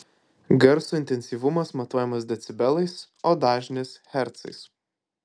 garso intensyvumas matuojamas decibelais o dažnis hercais